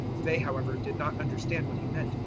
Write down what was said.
they, however, did not understand what he meant,